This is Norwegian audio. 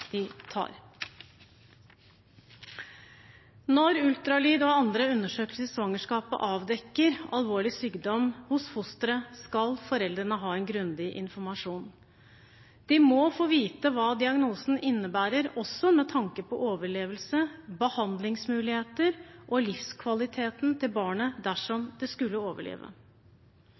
de tar. Når ultralyd og andre undersøkelser i svangerskapet avdekker alvorlig sykdom hos fosteret, skal foreldrene ha grundig informasjon. De må få vite hva diagnosen innebærer, også med tanke på overlevelse, behandlingsmuligheter og livskvaliteten til barnet dersom det skulle overleve.